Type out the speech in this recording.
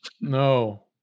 No